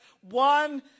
one